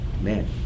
man